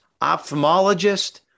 ophthalmologist